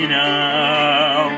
now